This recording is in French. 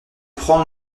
prendre